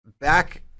back